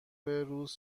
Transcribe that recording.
روز